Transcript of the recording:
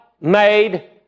made